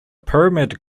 pyramid